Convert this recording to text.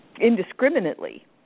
indiscriminately